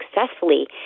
successfully